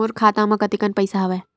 मोर खाता म कतेकन पईसा हवय?